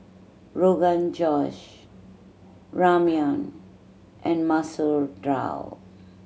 Rogan Josh Ramyeon and Masoor Dal